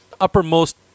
uppermost